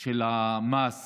של המס